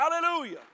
Hallelujah